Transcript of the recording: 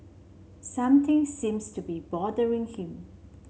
something seems to be bothering him